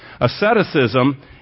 Asceticism